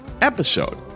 episode